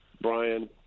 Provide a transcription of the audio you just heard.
Brian